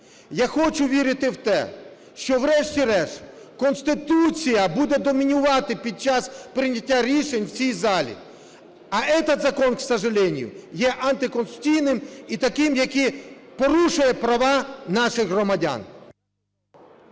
Я хочу вірити в те, що врешті-решт Конституція буде домінувати під час прийняття рішень в цій залі. А этот закон, к сожалению, є антиконституційним і таким, який порушує права наших громадян.